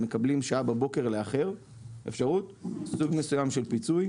היא מקבלת אפשרות לאחר שעה בבוקר שזה סוג מסוים של פיצוי.